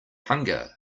hunger